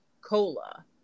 cola